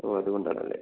ഓ അതുകൊണ്ടാണല്ലേ